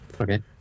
Okay